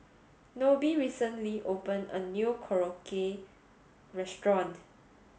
Nobie recently opened a new Korokke restaurant